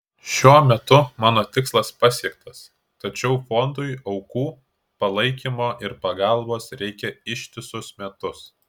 šiuo metu mano tikslas pasiektas tačiau fondui aukų palaikymo ir pagalbos reikia ištisus metus